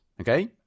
Okay